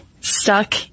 stuck